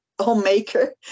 homemaker